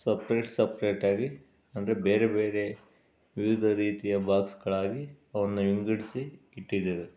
separate ಸಪ್ರೇಟಾಗಿ ಅಂದರೆ ಬೇರೆ ಬೇರೆ ವಿವಿಧ ರೀತಿಯ ಬಾಕ್ಸ್ಗಳಾಗಿ ಅವನ್ನು ವಿಂಗಡಿಸಿ ಇಟ್ಟಿದ್ದೇವೆ